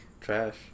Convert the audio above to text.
Trash